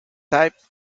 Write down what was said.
type